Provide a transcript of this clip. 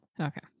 Okay